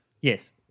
Yes